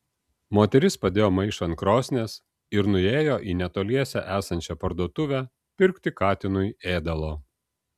moteris padėjo maišą ant krosnies ir nuėjo į netoliese esančią parduotuvę pirkti katinui ėdalo